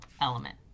element